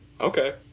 okay